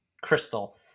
Crystal